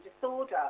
disorder